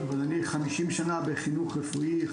אני 50 שנה בחינוך רפואי,